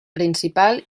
principal